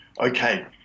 Okay